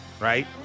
right